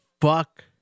fuck